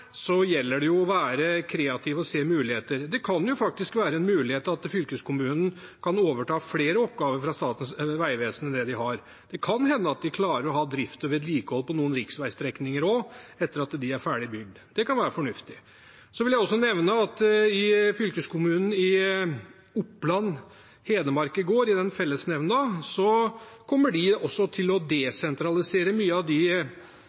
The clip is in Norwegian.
gjelder det å være kreativ og se muligheter. Det kan faktisk være en mulighet at fylkeskommunen kan overta flere oppgaver fra Statens vegvesen enn det de har. Det kan hende at de klarer å ha drift og vedlikehold på noen riksveistrekninger også etter at de er ferdig bygd. Det kan være fornuftig. Så vil jeg også nevne at ifølge fellesnemnda for fylkeskommunene Oppland og Hedmark kommer de også til å desentralisere mange av de